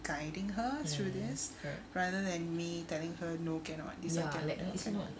guiding her through this rather than me telling her no cannot this one cannot